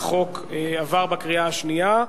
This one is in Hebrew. החוק עבר בקריאה השלישית.